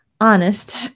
honest